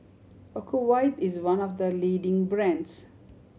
Ocuvite is one of the leading brands